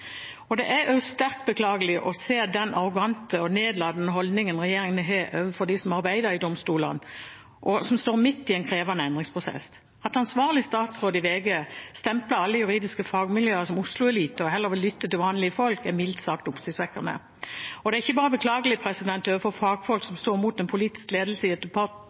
Det er også sterkt beklagelig å se den arrogante og nedlatende holdningen regjeringen har overfor dem som arbeider i domstolene, og som står midt i en krevende endringsprosess. At ansvarlig statsråd i VG stempler alle juridiske fagmiljøer som Oslo-elite og heller vil lytte til «vanlige folk», er mildt sagt oppsiktsvekkende. Det er ikke bare beklagelig overfor fagfolk som står mot en politisk ledelse i et